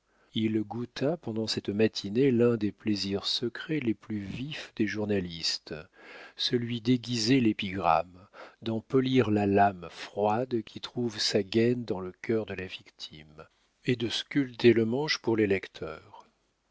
il goûta pendant cette matinée l'un des plaisirs secrets les plus vifs des journalistes celui d'aiguiser l'épigramme d'en polir la lame froide qui trouve sa gaîne dans le cœur de la victime et de sculpter le manche pour les lecteurs